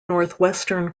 northwestern